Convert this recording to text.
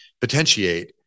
potentiate